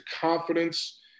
confidence